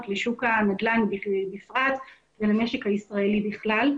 לשוק הנדל"ן בפרט ולמשק הישראלי בכלל.